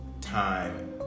time